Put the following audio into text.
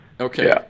Okay